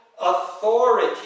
authority